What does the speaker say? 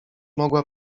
mogła